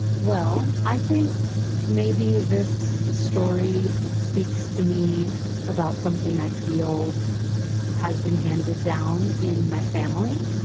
well, i think maybe this story speaks to me about something i feel has been handed down in my family.